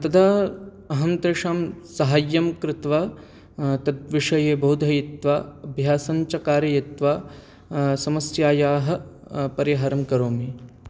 तदा अहं तेषां साहाय्यं कृत्वा तद्विषये बोधयित्वा अभ्यासं च कारयित्वा समस्यायाः परिहारं करोमि